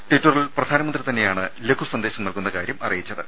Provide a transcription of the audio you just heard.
ട്വിറ്ററിൽ പ്രധാനമന്ത്രി തന്നെയാണ് ലഘുസന്ദേശം നൽകുന്ന കാര്യം അറിയിച്ചത്